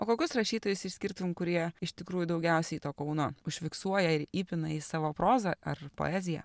o kokius rašytojus išskirtum kurie iš tikrųjų daugiausiai kauno užfiksuoja ir įpina į savo prozą ar poeziją